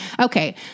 Okay